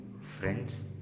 Friends